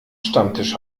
stammtisch